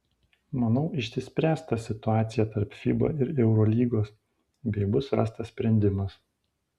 manau išsispręs ta situacija tarp fiba ir eurolygos bei bus rastas sprendimas